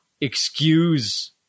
excuse –